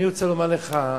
אני רוצה לומר לך,